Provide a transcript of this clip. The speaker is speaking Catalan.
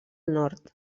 nord